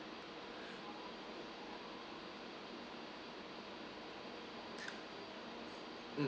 mm